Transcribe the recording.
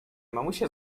mamusia